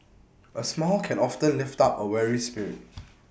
A small can often lift up A weary spirit